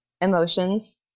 emotions